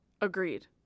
Agreed